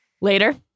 Later